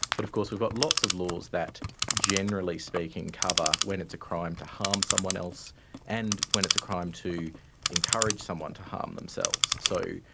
but of course we've got lots of laws that generally speaking cover when it's a crime to harm someone else and when it's crime to encourage someone to harm themselves. so,